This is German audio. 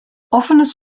offenes